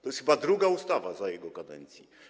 To jest chyba druga ustawa za jego kadencji.